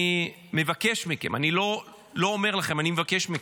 אני מבקש מכם, אני לא אומר לכם, אני מבקש מכם: